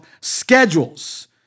schedules